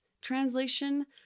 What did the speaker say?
translation